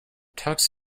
tux